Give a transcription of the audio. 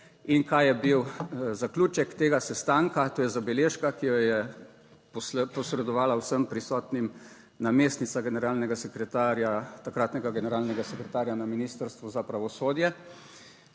In kaj je bil zaključek tega sestanka? To je zabeležka, ki jo je posredovala vsem prisotnim namestnica generalnega sekretarja, takratnega generalnega sekretarja na Ministrstvu za pravosodje,